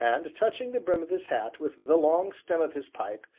and, touching the brim of his hat with the long stem of his pipe,